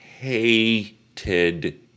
hated